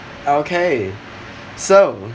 okay so